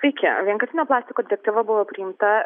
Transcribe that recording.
sveiki vienkartinio plastiko direktyva buvo priimta